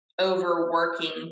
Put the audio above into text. overworking